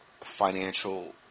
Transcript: financial